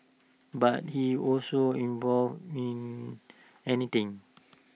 but he also involved in anything